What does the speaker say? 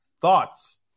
Thoughts